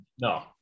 no